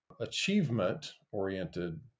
achievement-oriented